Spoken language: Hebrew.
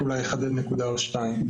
אחדד אולי נקודה אחת או שתיים.